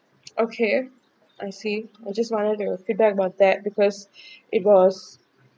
okay I see I just wanted to feedback about that because it was